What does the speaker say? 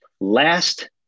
last